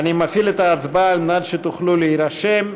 אני מפעיל את ההצבעה כדי שתוכלו להירשם.